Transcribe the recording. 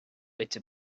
into